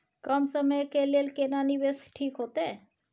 कम समय के लेल केना निवेश ठीक होते?